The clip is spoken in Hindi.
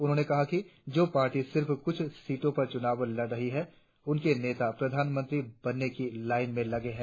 उन्होंने कहा कि जो पार्टी सिर्फ कुछ सीटों पर चुनाव लड़ रही है उनके नेता प्रधानमंत्री बनने की लाईन में लगे है